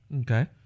Okay